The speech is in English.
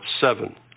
seven